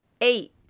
Eight